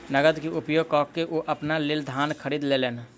नकद के उपयोग कअ के ओ अपना लेल धान खरीद लेलैन